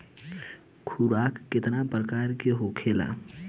खुराक केतना प्रकार के होखेला?